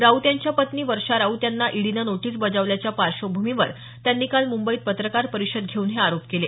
राऊत यांच्या पत्नी वर्षा राऊत यांना ईडीनं नोटीस बजावल्याच्या पार्श्वभूमीवर त्यांनी काल मुंबईत पत्रकार परिषद घेऊन हे आरोप केले